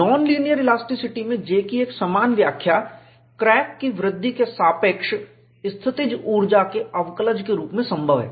non linear elasticity में J की एक समान व्याख्या क्रैक की वृद्धि के सापेक्ष स्थितिज पोटेंशियल ऊर्जा के अवकलज के रूप में संभव है